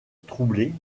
troublée